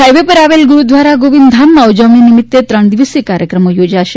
highway પર આવેલા ગુરૂદ્વારા ગોવિંદધામમાં ઉજવણી નિમિત્તે ત્રણ દિવસીય કાર્યક્રમ યોજાશે